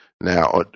Now